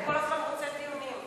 אתה כל הזמן רוצה דיונים.